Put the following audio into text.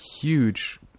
huge